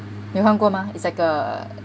没有看过吗 it's like a